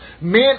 men